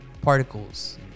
particles